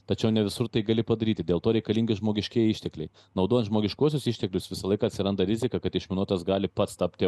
tačiau ne visur tai gali padaryti dėl to reikalingi žmogiškieji ištekliai naudojant žmogiškuosius išteklius visąlaik atsiranda rizika kad išminuotas gali pats tapti